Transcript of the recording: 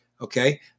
okay